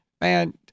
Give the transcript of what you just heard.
Man